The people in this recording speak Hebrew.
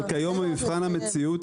אבל כיום במבחן המציאות,